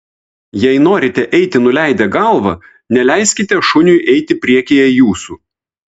jei norite eiti nuleidę galvą neleiskite šuniui eiti priekyje jūsų